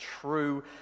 true